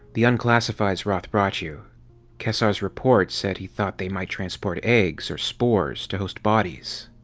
the unclassifieds roth brought you kesar's report said he thought they might transport eggs, or spores, to host bodies.